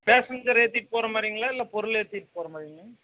passenger ஏற்றிட்டு போகிற மாதிரிங்களா இல்லை பொருள் ஏற்றிட்டு போகிற மாதிரிங்களா